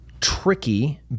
tricky